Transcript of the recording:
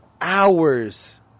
hours